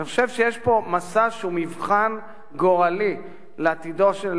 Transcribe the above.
אני חושב שיש פה מסע שהוא מבחן גורלי לעתידו של